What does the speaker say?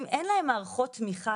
אם אין להם מערכות תמיכה,